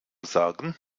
sagen